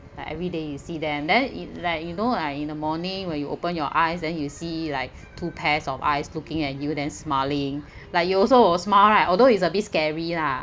like everyday you see them then it like you know lah in the morning when you open your eyes then you see like two pairs of eyes looking at you then smiling like you also will smile right although it's a bit scary lah